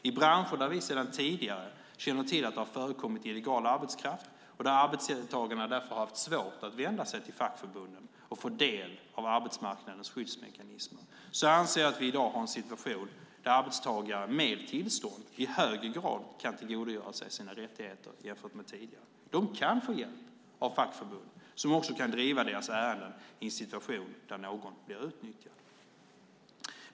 I branscher där vi sedan tidigare känner till att det har förekommit illegal arbetskraft och att arbetstagarna därför har haft svårt att vända sig till fackförbunden och få del av arbetsmarknadens skyddsmekanismer anser jag att vi i dag har en situation där arbetstagare med tillstånd kan tillgodogöra sig sina rättigheter i högre grad än tidigare. De kan få hjälp av fackförbund, som också kan driva deras ärenden i en situation där någon blir utnyttjad.